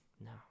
No